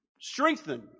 Strengthen